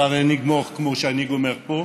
אבל אני אגמור כמו שאני גומר פה,